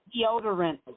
deodorant